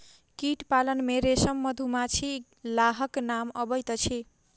कीट पालन मे रेशम, मधुमाछी, लाहक नाम अबैत अछि